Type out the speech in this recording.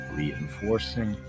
reinforcing